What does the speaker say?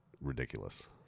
ridiculous